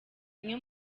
imwe